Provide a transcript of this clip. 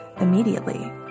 immediately